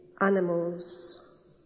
animals